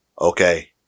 okay